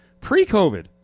Pre-COVID